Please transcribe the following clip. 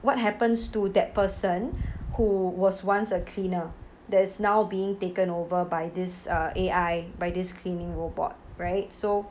what happens to that person who was once a cleaner that is now being taken over by this uh A_I by this cleaning robot right so